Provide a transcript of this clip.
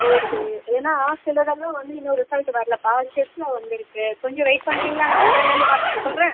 okay ஏனால் சிலதெல்லாம் வந்து இன்னும் ரிசல்ட் வரலப்பா செஸ் நவ் வந்துருக்குது கொஞ்சம் வெயிட் பண்ணுறீங்களா நான் என்னென்னனு பார்த்துட்டு சொல்கிறேன்